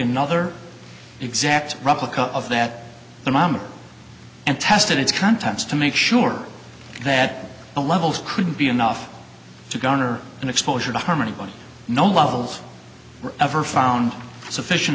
another exact replica of that the mom and tested its contents to make sure that the levels could be enough to garner an exposure to harm anybody no levels were ever found sufficient